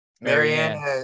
Marianne